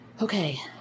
Okay